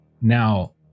Now